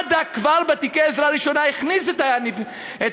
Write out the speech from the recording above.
מד"א כבר הכניס את האפיפן